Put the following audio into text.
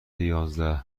یازده